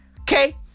Okay